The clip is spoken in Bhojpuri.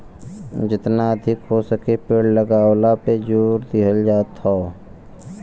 जेतना अधिका हो सके पेड़ लगावला पे जोर दिहल जात हौ